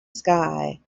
sky